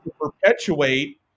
perpetuate